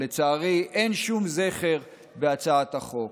או לצערי, אין שום זכר בהצעת החוק.